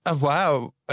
wow